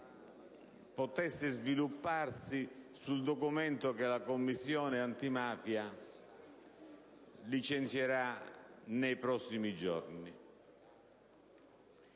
potesse svilupparsi sul documento che la Commissione antimafia licenzierà nei prossimi giorni.